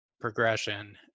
progression